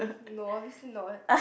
no obviously not